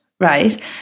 right